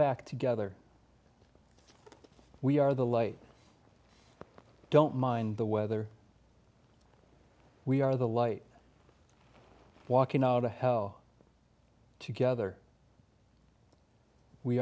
back together we are the light don't mind the weather we are the light walking out of hell together we